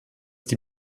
die